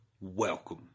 welcome